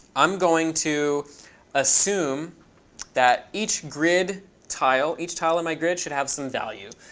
i'm going to assume that each grid tile, each tile in my grid, should have some value